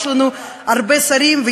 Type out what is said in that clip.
יש לנו הרבה שרים,